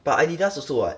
but Adidas also [what]